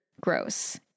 gross